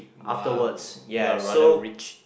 wow you are rather rich